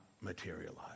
materialize